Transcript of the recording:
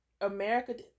America